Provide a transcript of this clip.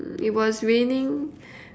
it was raining